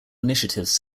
initiatives